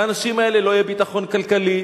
לאנשים האלה לא יהיה ביטחון כלכלי,